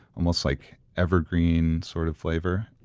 almost like evergreen sort of flavor,